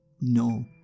No